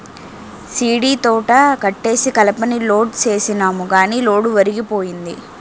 సీడీతోట కొట్టేసి కలపని లోడ్ సేసినాము గాని లోడు ఒరిగిపోయింది